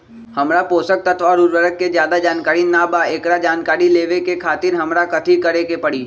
हमरा पोषक तत्व और उर्वरक के ज्यादा जानकारी ना बा एकरा जानकारी लेवे के खातिर हमरा कथी करे के पड़ी?